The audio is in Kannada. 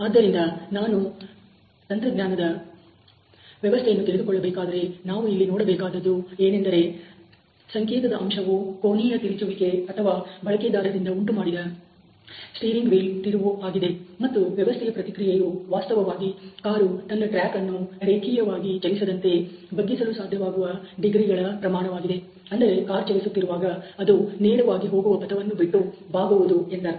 ಆದ್ದರಿಂದ ನಾನು ತಂತ್ರಜ್ಞಾನದ ವ್ಯವಸ್ಥೆಯನ್ನು ತಿಳಿದುಕೊಳ್ಳಬೇಕಾದರೆ ನಾವು ಇಲ್ಲಿ ನೋಡಬೇಕಾದದ್ದು ಏನೆಂದರೆ ಸಂಕೇತದ ಅಂಶವು ಕೋನಿಯ ತಿರುಚುವಿಕೆ ಅಥವಾ ಬಳಕೆದಾರರಿಂದ ಉಂಟುಮಾಡಿದ ಸ್ಟಿಯರಿಂಗ್ ವೀಲ್ ತಿರುವು ಆಗಿದೆ ಮತ್ತು ವ್ಯವಸ್ಥೆಯ ಪ್ರತಿಕ್ರಿಯೆಯು ವಾಸ್ತವವಾಗಿ ಕಾರು ತನ್ನ ಟ್ರ್ಯಾಕ್ ಅನ್ನು ರೇಖೀಯವಾಗಿ ಚಲಿಸದಂತೆ ಬಗ್ಗಿಸಲು ಸಾಧ್ಯವಾಗುವ ಡಿಗ್ರಿಗಳ ಪ್ರಮಾಣವಾಗಿದೆ ಅಂದರೆ ಕಾರ್ ಚಲಿಸುತ್ತಿರುವಾಗ ಅದು ನೇರವಾಗಿ ಹೋಗುವ ಪಥವನ್ನು ಬಿಟ್ಟು ಬಾಗುವುದು ಎಂದರ್ಥ